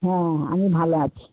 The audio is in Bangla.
হ্যাঁ আমি ভালো আছি